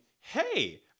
hey